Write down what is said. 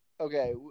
Okay